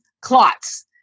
clots